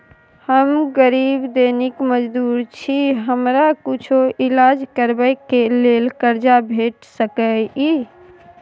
हम गरीब दैनिक मजदूर छी, हमरा कुछो ईलाज करबै के लेल कर्जा भेट सकै इ?